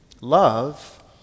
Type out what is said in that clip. Love